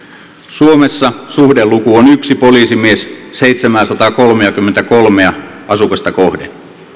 suomessa suhdeluku on yksi poliisimies seitsemänsataakolmekymmentäkolme asukasta kohden